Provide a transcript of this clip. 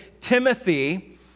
Timothy